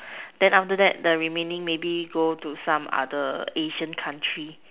then after that the remaining maybe go to some other Asian country